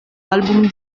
album